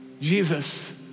Jesus